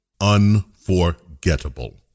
unforgettable